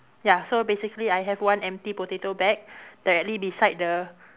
ya so basically I have one empty potato bag directly beside the